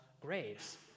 grades